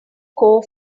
core